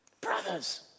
Brothers